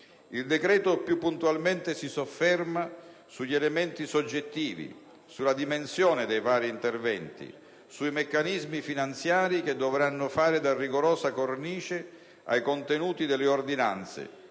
Il decreto più puntualmente si sofferma sugli elementi soggettivi, sulla dimensione dei vari interventi, sui meccanismi finanziari che dovranno fare da rigorosa cornice ai contenuti delle ordinanze,